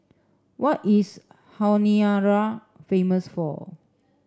what is Honiara famous for